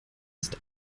ist